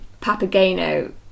Papageno